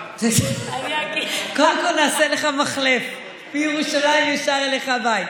קודם כול, נעשה לך מחלף מירושלים ישר אליך לבית.